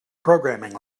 programming